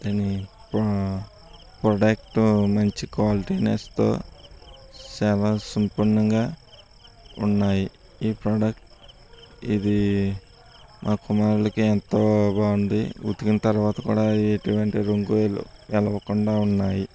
దీని pro product మంచి క్వాలిటీనేస్తో చాలా సంపూర్ణంగా ఉన్నాయి ఈ ప్రోడక్ట్ ఇది మా కుమారులకి ఎంతో బాగుంది ఉతికిన తర్వాత కూడా ఎటువంటి రంగు వెలవకుండా ఉన్నాయి